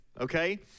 okay